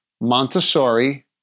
Montessori